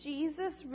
Jesus